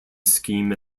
scheme